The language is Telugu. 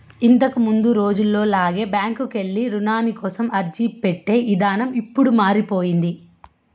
ఇంతకముందు రోజుల్లో లాగా బ్యాంకుకెళ్ళి రుణానికి అర్జీపెట్టే ఇదానం ఇప్పుడు మారిపొయ్యింది